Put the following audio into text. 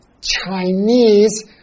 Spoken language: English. Chinese